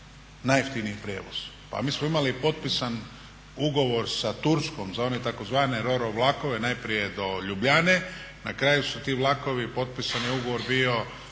najjeftiniji prijevoz. Pa mi smo imali potpisan ugovor sa Turskom za one tzv. roro vlakove najprije do Ljubljane, na kraju su ti vlakovi potpisan je ugovor bio